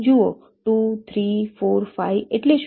જુઓ 2 3 4 5 એટલે શું